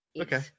Okay